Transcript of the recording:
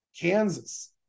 Kansas